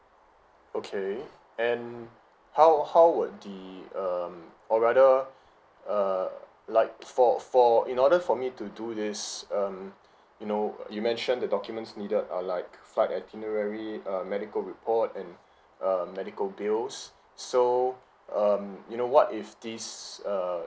okay and how how would the um or rather err like for for in order for me to do this um you know uh you mentioned the documents needed are like flight itinerary uh medical report and um medical bills so um you know what if this err